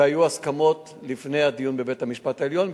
והיו הסכמות לפני הדיון בבית-המשפט העליון,